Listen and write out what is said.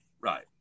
right